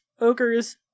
ogres